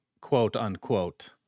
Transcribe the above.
quote-unquote